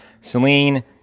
Celine